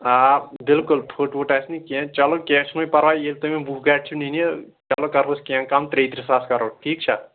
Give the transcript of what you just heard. آ بِلکُل فُٹ وُٹ آسہِ نہٕ کیٚنٛہہ چلو کیٚنٛہہ چھُنہٕ وۅنۍ پَرواے یِم تۄہہِ مےٚ وُہ گاڑِ چھےٚ نِنہِ چلو کَرہوس کیٚنٛہہ کَم ترٛےٚ ترٛہ ساس کَرو ٹھیٖک چھا